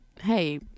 Hey